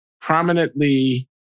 prominently